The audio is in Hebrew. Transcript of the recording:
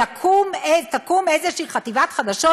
תקום איזושהי חטיבת חדשות,